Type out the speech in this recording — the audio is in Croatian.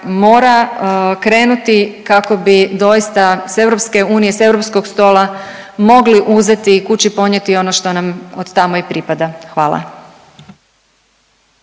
mora krenuti kako bi doista s EU, s europskog stola mogli uzeti i kući ponijeti ono što nam od tamo i pripada. Hvala.